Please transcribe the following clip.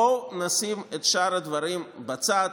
בואו נשים את שאר הדברים בצד.